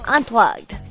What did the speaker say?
Unplugged